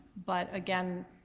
but, again,